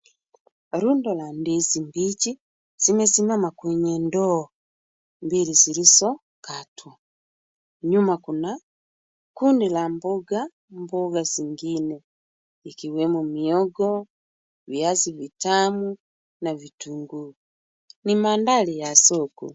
Rundo la ndizi mbichi zimesimama kwenye ndoo mbili zilizokatwa. Nyuma kuna kundi la mboga zingine ikiwemo mihogo, viazi vitamu na vitunguu. Ni mandhari ya soko.